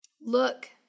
Look